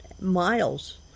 miles